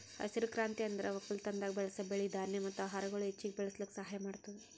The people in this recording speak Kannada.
ಹಸಿರು ಕ್ರಾಂತಿ ಅಂದುರ್ ಒಕ್ಕಲತನದಾಗ್ ಬೆಳಸ್ ಬೆಳಿ, ಧಾನ್ಯ ಮತ್ತ ಆಹಾರಗೊಳ್ ಹೆಚ್ಚಿಗ್ ಬೆಳುಸ್ಲುಕ್ ಸಹಾಯ ಮಾಡ್ತುದ್